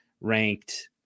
ranked